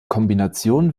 kombination